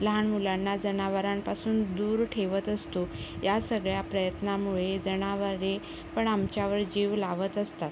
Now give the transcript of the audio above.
लहान मुलांना जनावरांपासून दूर ठेवत असतो या सगळ्या प्रयत्नामुळे जनावरे पण आमच्यावर जीव लावत असतात